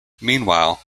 meanwhile